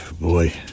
Boy